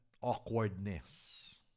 awkwardness